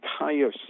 entire